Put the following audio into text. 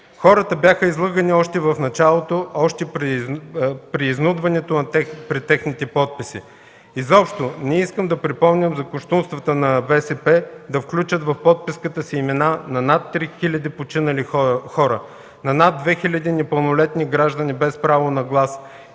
Хората бяха излъгани още в началото, още при изнудването при техните подписи. Изобщо не искам да припомням за кощунствата на БСП да включат в подписката си имена на над 3 хиляди починали хора, на над 2 хиляди непълнолетни граждани без право на глас